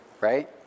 right